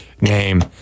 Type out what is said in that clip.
name